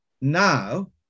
Now